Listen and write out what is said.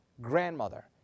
grandmother